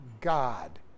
God